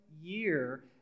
year